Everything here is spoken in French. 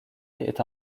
est